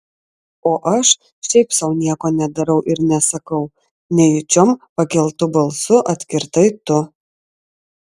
o aš šiaip sau nieko nedarau ir nesakau nejučiom pakeltu balsu atkirtai tu